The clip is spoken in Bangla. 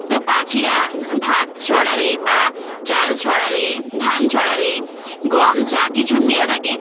তো পাখিরা ভাত ছড়ালে বা চাল ছড়ালে ধান ছড়ালে গম যা কিছু মেলা থাকে